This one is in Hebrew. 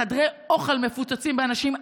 חדרי האוכל מפוצצים באנשים,